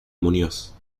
muñoz